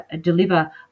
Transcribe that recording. deliver